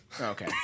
Okay